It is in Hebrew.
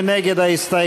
מי נגד ההסתייגות?